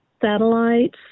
satellites